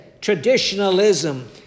traditionalism